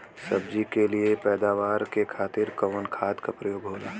सब्जी के लिए पैदावार के खातिर कवन खाद के प्रयोग होला?